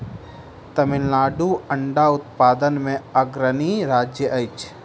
तमिलनाडु अंडा उत्पादन मे अग्रणी राज्य अछि